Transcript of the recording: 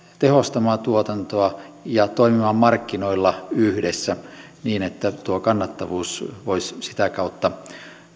tehostamaan tuotantoa ja toimimaan markkinoilla yhdessä niin että tuo kannattavuus voisi sitä kautta